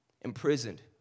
imprisoned